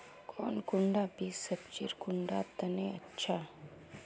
कौन कुंडा बीस सब्जिर कुंडा तने अच्छा?